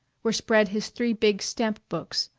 were spread his three big stamp-books,